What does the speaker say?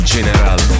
General